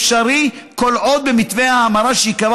אפשרי כל עוד במתווה ההמרה שייקבע